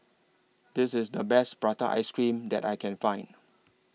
This IS The Best Prata Ice Cream that I Can Find